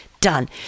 Done